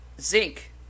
zinc